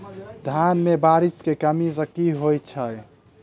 धान मे बारिश केँ कमी सँ की होइ छै?